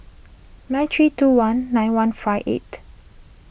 nine three two one nine one five eight